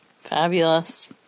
fabulous